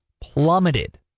plummeted